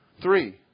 three